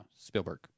Spielberg